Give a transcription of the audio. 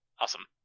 Awesome